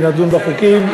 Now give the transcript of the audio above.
ונדון בחוקים,